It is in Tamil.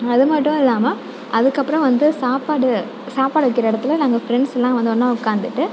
அது மட்டும் இல்லாமல் அதுக்கப்புறம் வந்து சாப்பாடு சாப்பாடு வைக்கிற இடத்துல நாங்கள் ஃப்ரெண்ட்ஸ் எல்லாம் வந்து ஒன்றா உக்காந்துட்டு